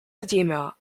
edema